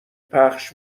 پخش